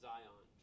Zion